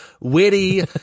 witty